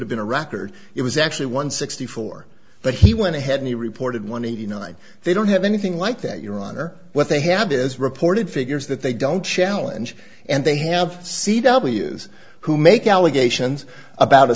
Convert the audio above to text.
have been a record it was actually one sixty four but he went ahead and he reported one eighty nine they don't have anything like that your honor what they have is reported figures that they don't challenge and they have c w's who make allegations about a